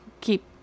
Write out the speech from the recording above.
keep